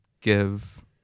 give